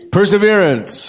Perseverance